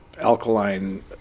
alkaline